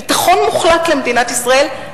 ביטחון מוחלט למדינת ישראל,